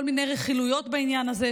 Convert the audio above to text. כל מיני רכילויות בעניין הזה.